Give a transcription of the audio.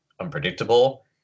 unpredictable